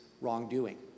wrongdoing